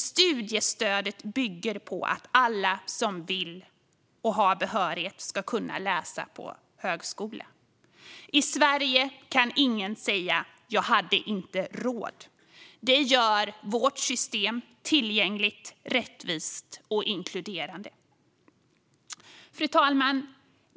Studiestödet bygger på att alla som vill och har behörighet ska kunna läsa på högskola. I Sverige kan ingen säga: Jag hade inte råd. Det gör vårt system tillgängligt, rättvist och inkluderade. Fru talman!